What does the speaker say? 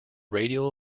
radial